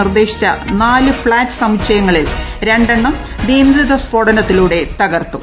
നിർദ്ദേശിച്ചു നാല് ഫ്ളാറ്റ് സമുച്ചയങ്ങളിൽ രണ്ട് എണ്ണം നിയന്ത്രിത സ്ഫോടനത്തിലൂടെ തകർത്തൂ